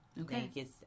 Okay